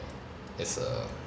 is a